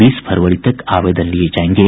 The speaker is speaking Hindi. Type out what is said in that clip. बीस फरवरी तक आवेदन लिये जायेंगे